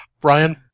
Brian